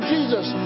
Jesus